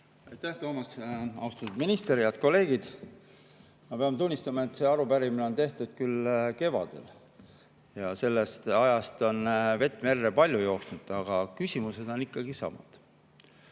Aitäh, Toomas! Austatud minister! Head kolleegid! Ma pean tunnistama, et see arupärimine on tehtud küll kevadel ja sellest ajast on palju vett merre jooksnud, aga küsimused on ikkagi samad.